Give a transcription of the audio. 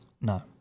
No